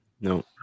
no